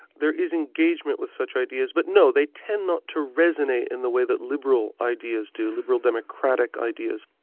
there is engagement with such ideas but no, they tend not to resonate in the way that liberal ideas do, liberal democratic ideas.